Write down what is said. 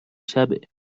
شبه